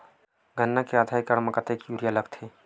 गन्ना के आधा एकड़ म कतेकन यूरिया लगथे?